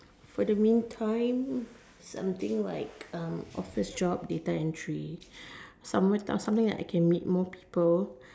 for the mean time something like um office job data entry some what something that I can meet more people